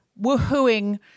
woohooing